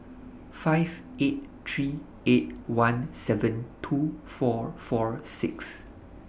five eight three eight one seven two four four six